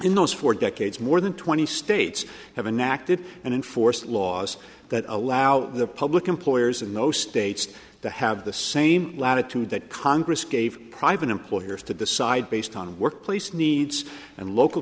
in those four decades more than twenty states have enacted and enforce laws that allow the public employers and no states to have the same latitude that congress gave private employers to decide based on workplace needs and local